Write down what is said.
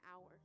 hour